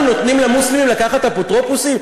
אנחנו נותנים למוסלמים לקחת אפוטרופסות?